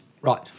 Right